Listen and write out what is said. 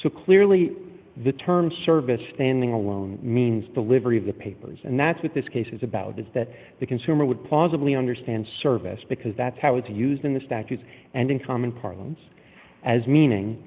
so clearly the term service standing alone means the livery of the papers and that's what this case is about is that the consumer would plausibly understand service because that's how it's used in the statutes and in common parlance as meaning